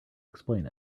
explain